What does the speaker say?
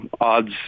odds